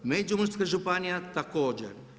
Međimurska županija također.